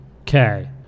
Okay